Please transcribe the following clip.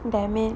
damn it